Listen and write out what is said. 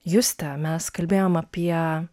juste mes kalbėjom apie